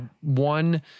one